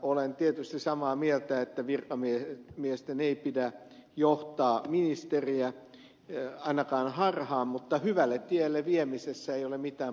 olen tietysti samaa mieltä siitä että virkamiesten ei pidä johtaa ministeriä ainakaan harhaan mutta hyvälle tielle viemisestä ei ole mitään pahaa sanottavaa